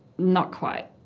not quite.